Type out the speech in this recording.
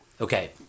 Okay